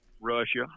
Russia